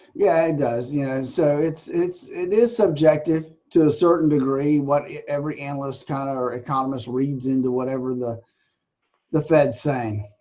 yeah and yeah so it's it's this objective to a certain degree what every analyst kind of our economist reads into whatever the the fed saying.